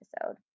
episode